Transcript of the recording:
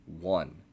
one